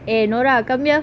eh nora come here